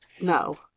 No